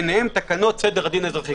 ביניהם תקנות סדר הדין האזרחי.